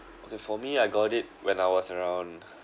okay for me I got it when I was around